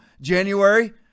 January